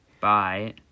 Bye